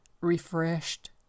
refreshed